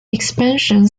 expansion